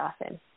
often